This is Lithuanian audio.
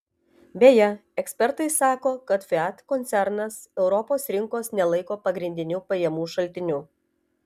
beje ekspertai sako kad fiat koncernas europos rinkos nelaiko pagrindiniu pajamų šaltiniu